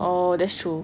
oh that's true